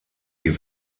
die